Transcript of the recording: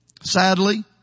Sadly